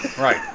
right